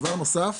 דבר נוסף,